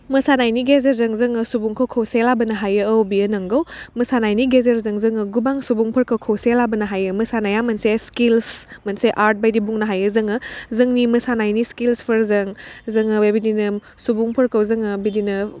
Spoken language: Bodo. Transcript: मोसानायनि गेजेरजों जोङो सुबुंखौ खौसेयाव लाबोनो हायो औ बेयो नंगौ मोसानायनि गेजेरजों जोङो गोबां सुबुंफोरखौ खौसे लाबोनो हायो मोसानाया मोनसे स्किल्स मोनसे आर्ट बायदि बुंनो हायो जोङो जोंनि मोसानायनि स्किल्सफोरजों जोङो बेबायदिनो सुबुंफोरखौ जोङो बिदिनो